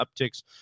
upticks